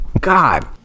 God